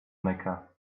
mecca